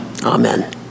Amen